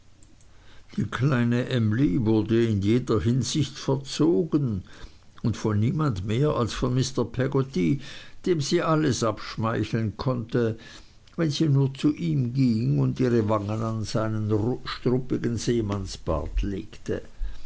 die kleine emly wurde in jeder hinsicht verzogen und von niemand mehr als von mr peggotty dem sie alles abschmeicheln konnte wenn sie nur zu ihm ging und ihre wangen an seinen struppigen seemannsbart legte